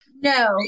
No